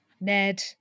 Ned